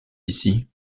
ici